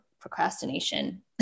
procrastination